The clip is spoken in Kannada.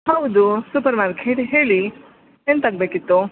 ಹೌದು ಸೂಪರ್ ಮಾರ್ಕೆಟ್ ಹೇಳಿ ಎಂತ ಆಗಬೇಕಿತ್ತು